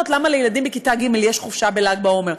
למה לילדים בכיתה ג' יש חופשה בל"ג בעומר,